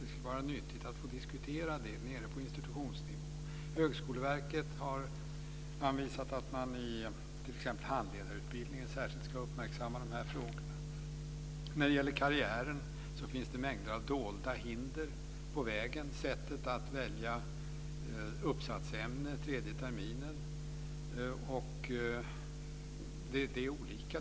Det skulle vara nyttigt att få diskutera det på institutionsnivå. Högskoleverket har anvisat att man i handledarutbildningen särskilt ska uppmärksamma frågorna. När det gäller karriären finns det mängder av dolda hinder på vägen. Sättet att välja uppsatsämne tredje terminen är olika.